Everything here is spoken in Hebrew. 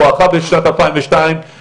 בואכה שנת 2022,